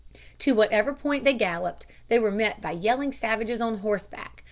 to whatever point they galloped they were met by yelling savages on horseback,